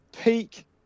peak